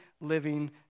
living